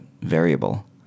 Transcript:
variable